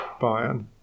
Bayern